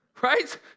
right